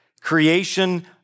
creation